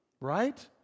right